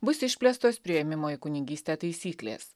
bus išplėstos priėmimo į kunigystę taisyklės